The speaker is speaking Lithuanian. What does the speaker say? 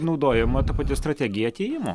naudojama ta pati strategija atėjimo